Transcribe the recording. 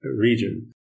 region